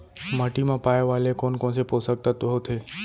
माटी मा पाए वाले कोन कोन से पोसक तत्व होथे?